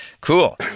cool